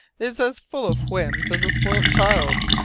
is as full of whims as a spoilt child!